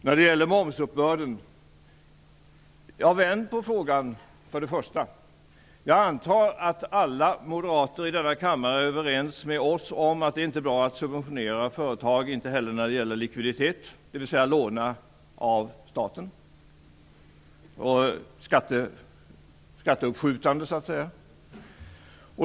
Angående momsuppbörden vill jag till att börja med vända på frågan. Jag antar att alla moderater i denna kammare är överens med oss om att det inte är bra att subventionera företag, inte heller när det gäller likviditet, dvs. att ge möjligheter att låna av staten och till uppskjutande av skatt.